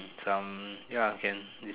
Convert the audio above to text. some ya can des